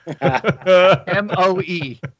M-O-E